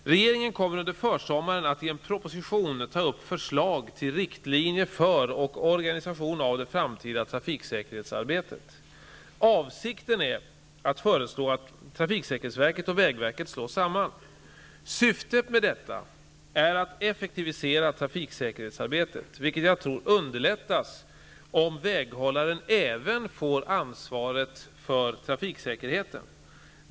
Regeringen kommer under försommaren att i en proposition ta upp förslag till riktlinjer för och organisation av det framtida trafiksäkerhetsarbetet. Avsikten är att föreslå att TSV och vägverket slås samman. Syftet med detta är att effektivisera trafiksäkerhetsarbetet, vilket jag tror underlättas om väghållaren även får ansvaret för trafiksäkerheten.